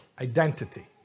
Identity